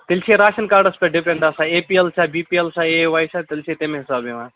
تیٚلہِ چھ راشن کاڈَس پٮ۪ٹھ ڈیبِٹ گژھان اے پی ایل چھا B P L A Y چھا تیٚلہِ چھِ تَمہِ حِسابہٕ یِوان